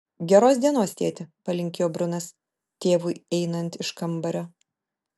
geros dienos tėti palinkėjo brunas tėvui einant iš kambario